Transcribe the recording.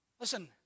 Listen